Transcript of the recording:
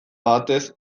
batez